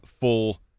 full